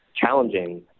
challenging